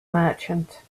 merchant